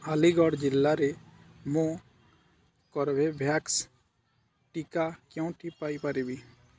ଆଲିଗଡ଼ ଜିଲ୍ଲାରେ ମୁଁ କର୍ବେଭ୍ୟାକ୍ସ ଟିକା କେଉଁଠି ପାଇପାରିବି